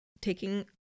taking